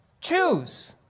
choose